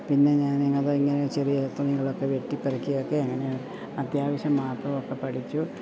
പിന്നെ ഞാൻ എന്നതാ ഇങ്ങനെ ചെറിയ തുണികളൊക്കെ വെട്ടിപ്പെറുക്കിയൊക്കെ അങ്ങനെ അത്യാവശ്യം മാത്രമൊക്കെ പഠിച്ചു